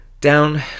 Down